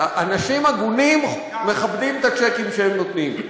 אנשים הגונים מכבדים את הצ'קים שהם נותנים.